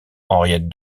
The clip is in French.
henriette